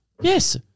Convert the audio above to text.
Yes